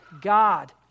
God